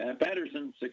Patterson